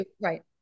Right